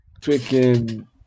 Twicken